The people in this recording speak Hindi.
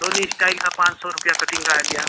धोनी इश्टाइल का पाँच सौ रुपये कटिंग का है भैया